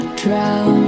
drown